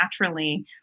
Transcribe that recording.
naturally